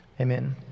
Amen